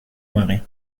marin